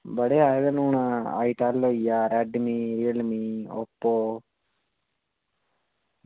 बड़े आए दे न हून आईटेल होइया रेडमी रियलमी ओप्पो